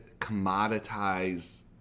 commoditize